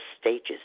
stages